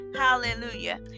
Hallelujah